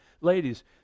ladies